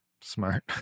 Smart